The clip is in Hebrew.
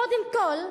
קודם כול,